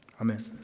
Amen